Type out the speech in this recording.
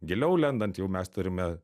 giliau lendant jau mes turime